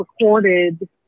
recorded